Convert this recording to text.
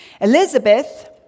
Elizabeth